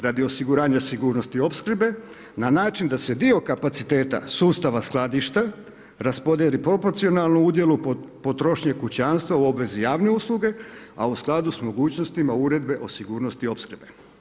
Radi osiguranja sigurnosti opskrbe na način da se dio kapaciteta sustava skladišta rasporedi proporcionalno udjelu potrošnji kućanstva javne usluge a u skladu s mogućnostima uredbe o sigurnosti opskrbe.